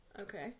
Okay